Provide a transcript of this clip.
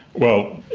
well,